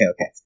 okay